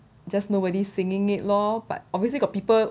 just nobody singing it lor but obviously got people